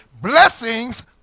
blessings